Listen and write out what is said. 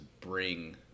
bring